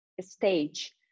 stage